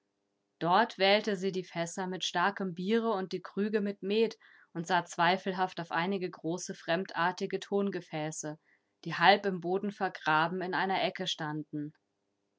dort wählte sie die fässer mit starkem biere und die krüge mit met und sah zweifelhaft auf einige große fremdartige tongefäße die halb im boden vergraben in einer ecke standen